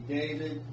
David